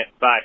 Bye